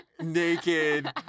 Naked